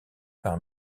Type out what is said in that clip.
par